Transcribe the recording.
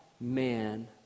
man